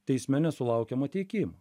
teisme nesulaukiama teikimo